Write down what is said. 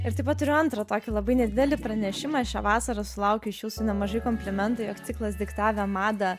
ir taip pat turiu antrą tokį labai nedidelį pranešimą šią vasarą sulaukiu iš jūsų nemažai komplimentų jog ciklas diktavę madą